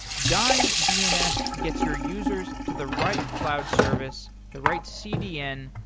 dyn dns gets your users to the right cloud service, the right cdn,